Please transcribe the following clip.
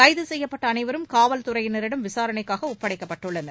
கைது செய்யப்பட்ட அனைவரும் காவல் துறையினரிடம் விசாரணைக்காக ஒப்படைக்கப்பட்டுள்ளனர்